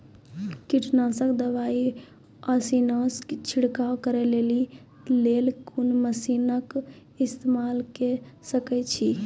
कीटनासक दवाई आसानीसॅ छिड़काव करै लेली लेल कून मसीनऽक इस्तेमाल के सकै छी?